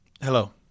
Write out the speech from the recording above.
Hello